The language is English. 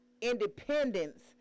Independence